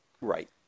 right